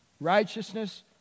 righteousness